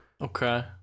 Okay